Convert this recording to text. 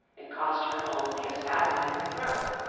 it cost her only a spasm in her throat